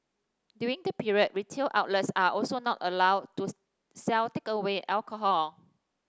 during the period retail outlets are also not allowed to sell takeaway alcohol